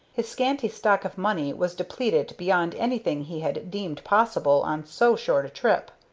his scanty stock of money was depleted beyond anything he had deemed possible on so short a trip.